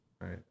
right